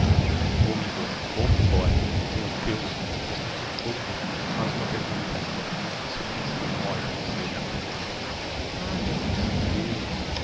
vou m'embora vou m'embora meu deus resuscitou me mas uma pergunta ainda e se o principe não morre tão cedo valha nos deus